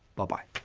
bye-bye.